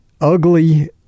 ugly